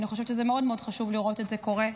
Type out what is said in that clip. שאני חושבת שזה מאוד מאוד חשוב לראות את זה קורה.